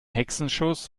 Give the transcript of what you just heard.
hexenschuss